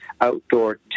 outdoor